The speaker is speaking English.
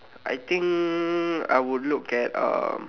I think I would look at uh